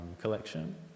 collection